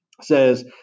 Says